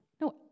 No